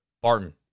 Barton